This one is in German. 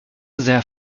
sehr